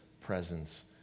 presence